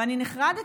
ואני נחרדתי.